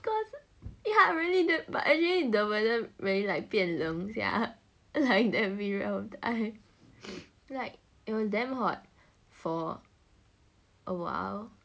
cause ya really that but actually the weather really like 变冷 sia like that period of time like it was damn hot for awhile